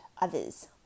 others